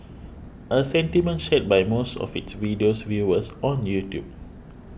a sentiment shared by most of its video's viewers on YouTube